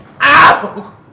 Ow